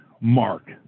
Mark